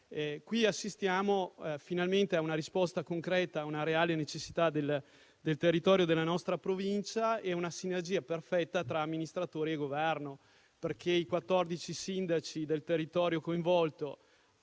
Ora assistiamo finalmente a una risposta concreta a una reale necessità del territorio della nostra provincia e a una sinergia perfetta tra amministratori e Governo, perché i quattordici sindaci del territorio coinvolto